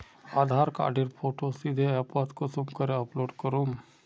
आधार कार्डेर फोटो सीधे ऐपोत कुंसम करे अपलोड करूम?